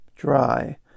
dry